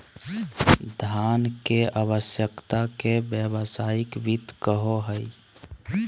धन के आवश्यकता के व्यावसायिक वित्त कहो हइ